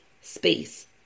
space